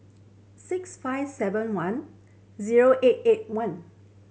six five seven one zero eight eight one